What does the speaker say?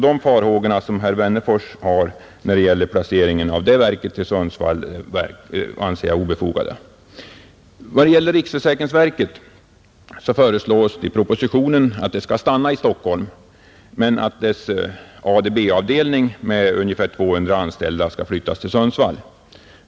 De farhågor herr Wennerfors har när det gäller placeringen av personalpensionsverket i Sundsvall anser jag obefogade. I propositionen föreslås att riksförsäkringsverket skall stanna i Stockholm, men att dess ADB-avdelning med ungefär 200 anställda flyttas till Sundsvall.